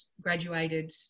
graduated